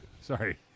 Sorry